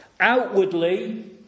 outwardly